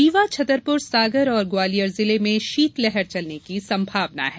रीवा छतरपुर सागर और ग्वालियर जिले में शीतलहर चलने की संभावना है